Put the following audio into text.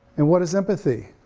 and what is empathy?